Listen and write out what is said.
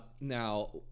Now